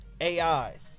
ai's